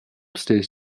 stays